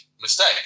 Mistake